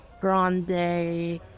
grande